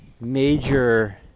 major